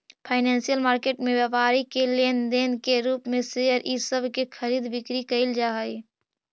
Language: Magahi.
फाइनेंशियल मार्केट में व्यापारी के लेन देन के रूप में शेयर इ सब के खरीद बिक्री कैइल जा हई